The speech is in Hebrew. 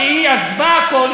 שהיא עזבה הכול,